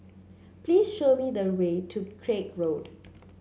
please show me the way to Craig Road